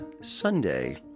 Sunday